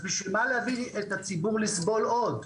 אז בשביל מה להביא את הציבור לסבול עוד?